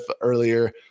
earlier